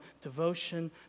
devotion